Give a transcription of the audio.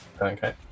Okay